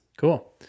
Cool